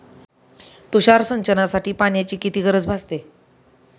तुषार सिंचनासाठी पाण्याची किती गरज भासते?